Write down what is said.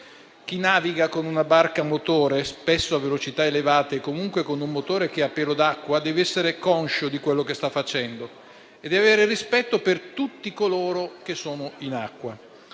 Chi naviga con una barca a motore, spesso a velocità elevate e comunque con un motore a pelo d'acqua, dev'essere conscio di quello che sta facendo e avere rispetto per tutti coloro che sono in acqua.